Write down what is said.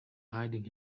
hiding